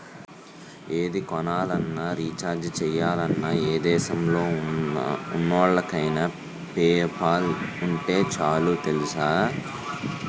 ఏది కొనాలన్నా, రీచార్జి చెయ్యాలన్నా, ఏ దేశంలో ఉన్నోళ్ళకైన పేపాల్ ఉంటే చాలు తెలుసా?